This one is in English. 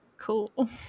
Cool